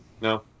No